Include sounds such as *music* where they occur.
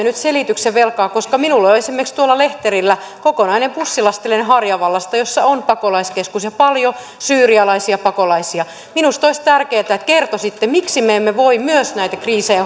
*unintelligible* nyt selityksen velkaa koska minulla on esimerkiksi tuolla lehterillä kokonainen bussilastillinen harjavallasta missä on pakolaiskeskus ja paljon syyrialaisia pakolaisia minusta olisi tärkeätä että kertoisitte miksi me emme voi myös näitä kriisejä *unintelligible*